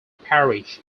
parish